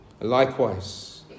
Likewise